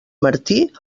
martí